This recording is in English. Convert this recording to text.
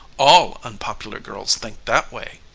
all unpopular girls think that way.